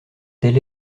tel